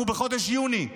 אנחנו בחודש יוני.